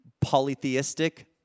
polytheistic